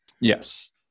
yes